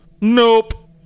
nope